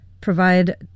provide